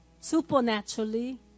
supernaturally